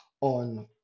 on